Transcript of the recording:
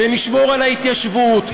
ונשמור על ההתיישבות,